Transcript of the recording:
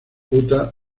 utah